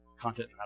content